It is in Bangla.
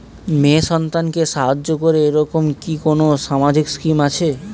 মেয়ে সন্তানকে সাহায্য করে এরকম কি কোনো সামাজিক স্কিম আছে?